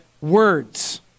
words